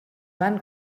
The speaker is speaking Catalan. van